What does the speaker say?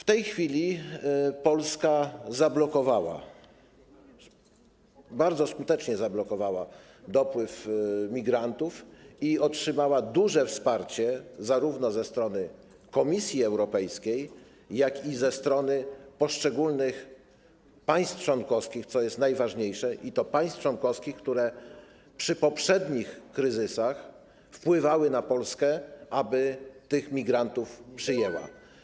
W tej chwili Polska zablokowała, bardzo skutecznie zablokowała dopływ migrantów i otrzymała duże wsparcie zarówno ze strony Komisji Europejskiej, jak i ze strony poszczególnych państw członkowskich, co jest najważniejsze, i to państw członkowskich, które przy poprzednich kryzysach wpływały na Polskę, aby migrantów przyjęła.